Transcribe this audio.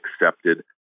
accepted